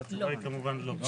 והתשובה היא כמובן לא.